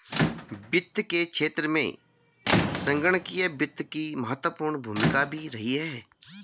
वित्त के क्षेत्र में संगणकीय वित्त की महत्वपूर्ण भूमिका भी रही है